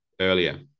earlier